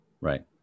Right